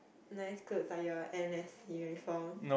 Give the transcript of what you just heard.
nice clothes like your n_s uniform